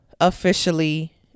officially